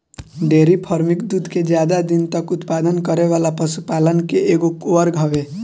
dairy farming दूध के ज्यादा दिन तक उत्पादन करे वाला पशुपालन के एगो वर्ग हवे